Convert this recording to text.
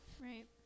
Right